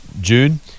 June